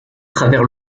travers